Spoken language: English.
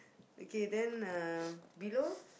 okay then uh below